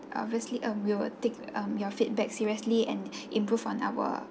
obviously um we will take um your feedback seriously and improve on our